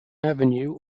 avenue